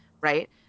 right